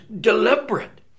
deliberate